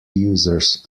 users